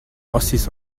ossis